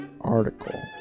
Article